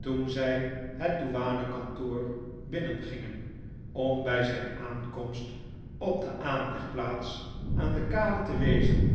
toen zij het douanenkantoor binnengingen om bij zijn aankomst op de aanlegplaats aan de kade te wezen